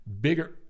bigger